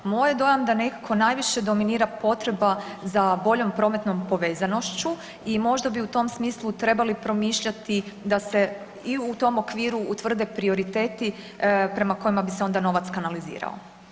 Moj je dojam sa nekako najviše dominira potreba za boljom prometnom povezanošću i možda bi u tom smislu trebali promišljati da se i u tom okviru utvrde prioriteti prema kojima bi se onda novac kanalizirao.